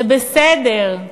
זה בסדר,